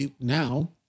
now